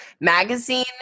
Magazine